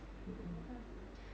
mmhmm